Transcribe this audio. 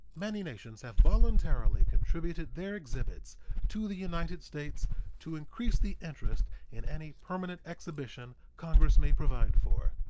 many nations have voluntarily contributed their exhibits to the united states to increase the interest in any permanent exhibition congress may provide for.